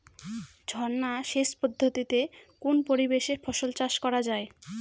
ঝর্না সেচ পদ্ধতিতে কোন পরিবেশে ফসল চাষ করা যায়?